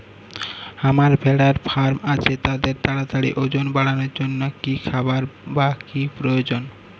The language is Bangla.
আমার ভেড়ার ফার্ম আছে তাদের তাড়াতাড়ি ওজন বাড়ানোর জন্য কী খাবার বা কী প্রয়োজন?